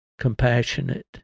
compassionate